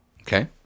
Okay